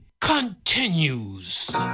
continues